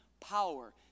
power